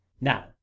Now